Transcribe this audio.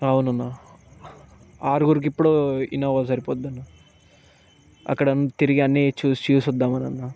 అవునన్నా ఆరుగురికి ఇప్పుడు ఇన్నోవా సరిపోద్దన్నా అక్కడ తిరిగి అన్నీ చూసి చూసొద్దాము అనన్నా